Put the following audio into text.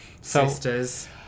sisters